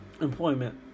employment